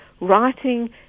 writing